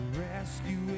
rescue